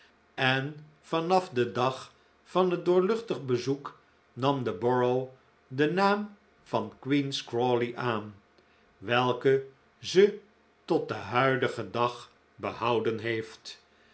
en van af den dag van het doorluchtig bezoek nam de borough den naam van queen's borough een stad met vertegenwoordiging in het parlement crawley aan welken ze tot den huidigen dag behouden heeft